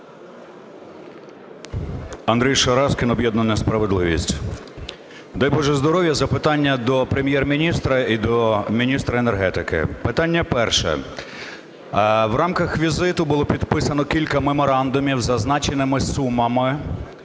Андрій Шараськін, об'єднання "Справедливість". Дай, Боже, здоров'я. Запитання до Прем'єр-міністра і до міністра енергетики. Питання перше. В рамках візиту було підписано кілька меморандумів із зазначеними сумами